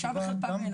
בושה וחרפה.